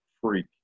freak